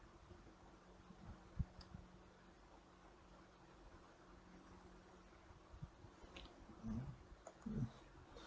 mm